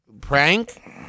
prank